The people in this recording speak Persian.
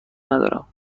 ندارم